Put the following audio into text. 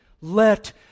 let